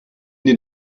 den